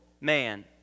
man